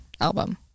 album